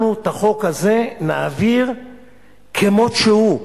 אנחנו את החוק הזה נעביר כמות שהוא.